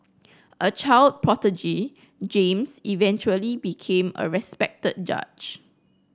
a child prodigy James eventually became a respected judge